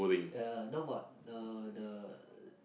ya no but uh the